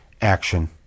action